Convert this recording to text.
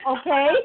Okay